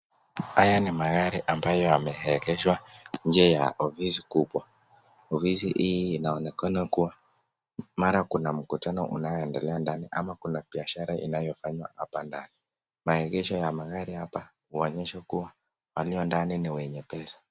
Haya ni magari ambayo yameegeshwa nje ya ofisi kubwa. Ofisi hii inaonekana kuwa mara kuna mkutano unaoendelea ndani ama kuna biashara inayofanywa hapa ndani. Maegesho ya magari hapa huonyesha kuwa, walio ndani ni wenye pesa.